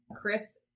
Chris